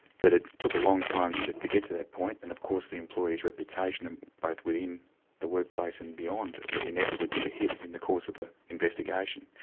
but it took a long time to to get to that point, and of course the employee's reputation, and both within the workplace and beyond, inevitably took a hit in the course of the investigation.